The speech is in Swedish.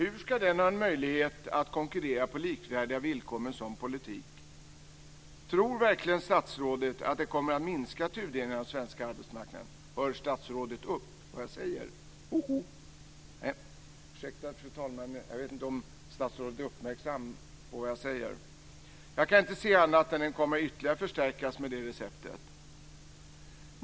Hur ska den ha möjlighet att konkurrera på likvärdiga villkor med en sådan politik? Tror verkligen statsrådet att den kommer att motverka tudelningen på den svenska arbetsmarknaden? Jag kan inte se annat än att den ytterligare kommer att förstärkas med det receptet.